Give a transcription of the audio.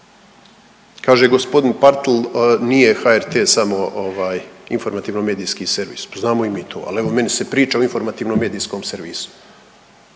Kaže g. Partl, nije HRT samo informativno-medijski servis, pa znamo i mi to, ali evo meni se priča o informativno-medijskom servisu.